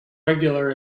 regular